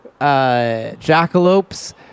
Jackalopes